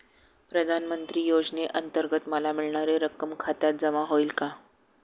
प्रधानमंत्री योजनेअंतर्गत मला मिळणारी रक्कम खात्यात जमा होईल का?